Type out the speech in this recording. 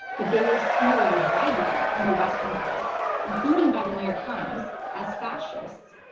but they were smeared widely in the western press, including by the new york times, as fascists.